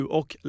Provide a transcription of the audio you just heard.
och